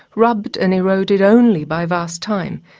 rubbed and eroded only by vast time,